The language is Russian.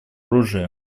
оружия